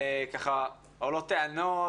וככה עולות טענות,